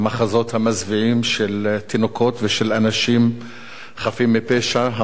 המזוויעים של תינוקות ושל אנשים חפים מפשע המוטלים